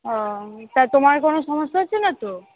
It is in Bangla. ও তা তোমার কোনো সমস্যা হচ্ছে না তো